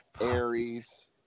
Aries